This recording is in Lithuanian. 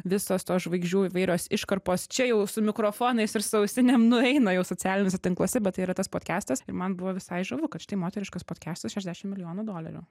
visos tos žvaigždžių įvairios iškarpos čia jau su mikrofonais ir su ausinėm nueina jau socialiniuose tinkluose bet tai yra tas podkestas ir man buvo visai žavu kad štai moteriškas podcastas šešiasdešimt milijonų dolerių